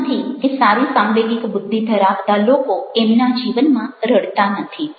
એવું નથી કે સારી સાંવેગિક બુદ્ધિ ધરાવતા લોકો એમના જીવનમાં રડતા નથી